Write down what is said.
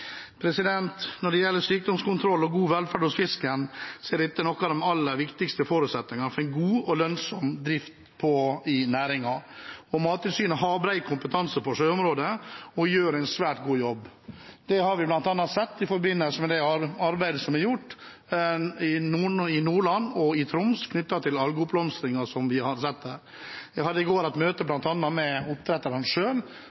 Når det gjelder sykdomskontroll og god velferd for fisken, er dette noen av de aller viktigste forutsetningene for en god og lønnsom drift i næringen. Mattilsynet har bred kompetanse på sjøområdet og gjør en svært god jobb. Det har vi sett bl.a. i forbindelse med det arbeidet som er gjort i Nordland og Troms knyttet til algeoppblomstringen som vi har hatt der. Jeg hadde i går et møte